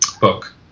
book